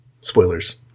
Spoilers